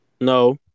No